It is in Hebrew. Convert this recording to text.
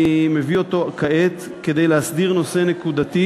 אני מביא אותו כעת כדי להסדיר נושא נקודתי